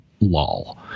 lol